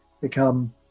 become